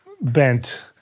bent